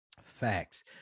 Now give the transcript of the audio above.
facts